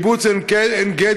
קיבוץ עין גדי,